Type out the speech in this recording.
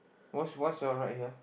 what's what's your right here